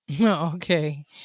Okay